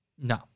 No